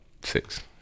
six